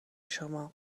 شما